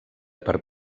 per